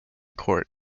court